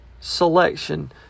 selection